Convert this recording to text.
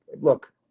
look